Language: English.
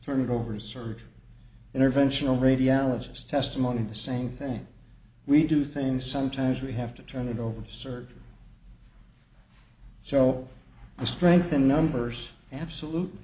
turn it over search interventional radiologist testimony the same thing we do things sometimes we have to turn it over surgery so there's strength in numbers absolute